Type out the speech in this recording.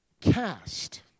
Cast